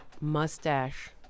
mustache